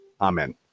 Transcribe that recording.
Amen